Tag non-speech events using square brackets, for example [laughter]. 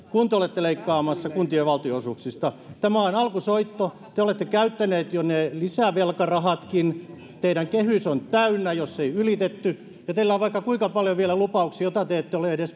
kun te olette leikkaamassa kuntien valtionosuuksista tämä on alkusoitto te te olette käyttäneet jo ne lisävelkarahatkin teidän kehys on täynnä jos ei ylitetty ja teillä on vaikka kuinka paljon vielä lupauksia joita te ette ole edes [unintelligible]